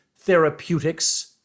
therapeutics